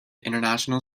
international